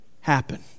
happen